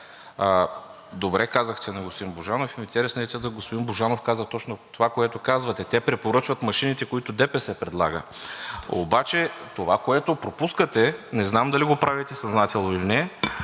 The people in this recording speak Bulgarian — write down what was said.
Добре казахте на господин Божанов, в интерес на истината господин Божанов каза точно това, което казвате – те препоръчват машините, които ДПС предлага. Обаче това, което пропускате, не знам дали го правите съзнателно или не,